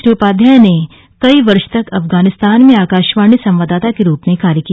श्री उपाध्याय ने कई वर्ष तक अफगानिस्तान में आकाशवाणी संवाददाता के रूप में कार्य किया